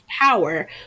power